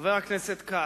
חבר הכנסת כץ,